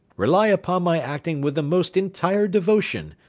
rely upon my acting with the most entire devotion,